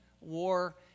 war